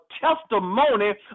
testimony